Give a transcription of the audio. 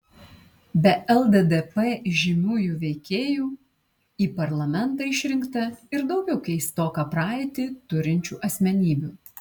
be lddp įžymiųjų veikėjų į parlamentą išrinkta ir daugiau keistoką praeitį turinčių asmenybių